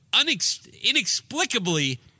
inexplicably